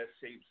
shapes